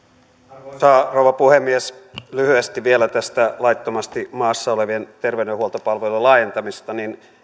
arvoisa rouva puhemies lyhyesti vielä tästä laittomasti maassa olevien terveydenhuoltopalvelujen laajentamisesta